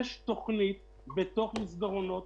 יש תוכנית בתוך מסדרונות